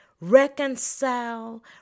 reconcile